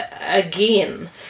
again